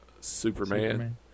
Superman